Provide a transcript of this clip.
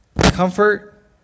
comfort